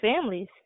families